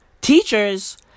Teachers